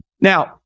Now